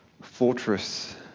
fortress